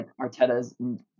Arteta's